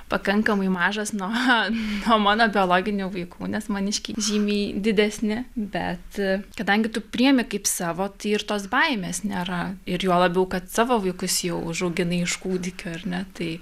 pakankamai mažas nuo nuo mano biologinių vaikų nes maniškiai žymiai didesni bet kadangi tu priimi kaip savo tai ir tos baimės nėra ir juo labiau kad savo vaikus jau užauginai iš kūdikių ar ne tai